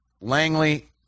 Langley